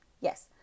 Yes